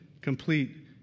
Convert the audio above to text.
complete